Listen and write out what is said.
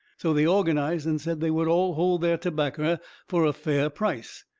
so they organized and said they would all hold their tobaccer fur a fair price.